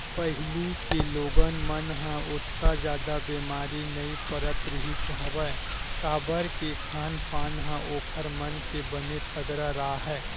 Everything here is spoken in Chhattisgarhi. पहिली के लोगन मन ह ओतका जादा बेमारी नइ पड़त रिहिस हवय काबर के खान पान ह ओखर मन के बने तगड़ा राहय